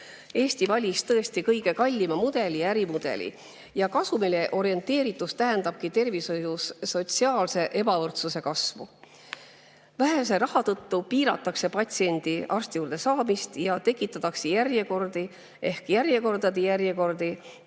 Eesti valis tõesti kõige kallima mudeli – ärimudeli. Kasumile orienteeritus tähendabki tervishoius sotsiaalse ebavõrdsuse kasvu. Vähese raha tõttu piiratakse patsientide arsti juurde saamist ja tekitatakse järjekordi ehk järjekordade järjekordi